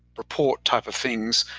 report type of things,